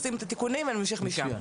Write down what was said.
עושים את התיקונים ונמשיך משם.